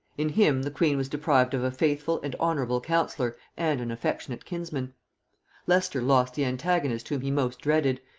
in him the queen was deprived of a faithful and honorable counsellor and an affectionate kinsman leicester lost the antagonist whom he most dreaded,